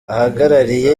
ahagarariye